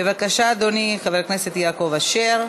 בבקשה, אדוני, חבר הכנסת יעקב אשר.